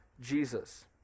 Jesus